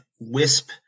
wisp